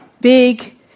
big